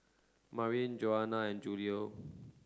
Marleen Johanna and Julio